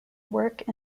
work